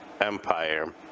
empire